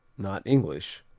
not english,